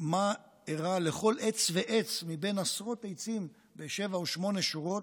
מה אירע לכל עץ ועץ מעשרות עצים בשבע או שמונה שורות.